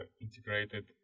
integrated